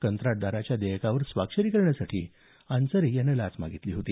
कंत्राटदाराच्या देयकावर स्वाक्षरी करण्यासाठी अन्सारी यानं लाच मागितली होती